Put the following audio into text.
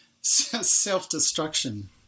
self-destruction